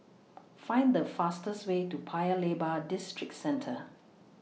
Find The fastest Way to Paya Lebar Districentre